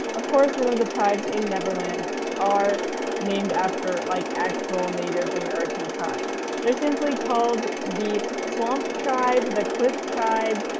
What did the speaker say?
of course none of the tribes in neverland are named after like actual native american tribes. they're simply called the swamp tribe, the cliff tribe,